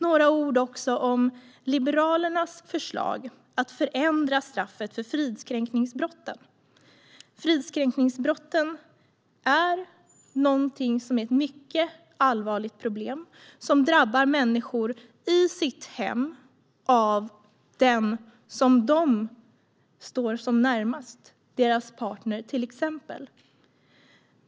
Jag ska också säga några ord om Liberalernas förslag om att förändra straffet för fridskränkningsbrotten. Fridskränkningsbrotten är ett mycket allvarligt problem, som drabbar människor i deras hem och av den person som står dem närmast, till exempel deras partner.